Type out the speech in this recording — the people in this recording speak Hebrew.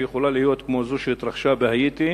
שיכולה להיות כמו זו שהתרחשה בהאיטי